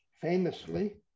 famously